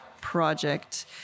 project